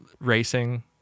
racing